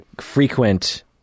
frequent